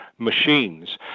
machines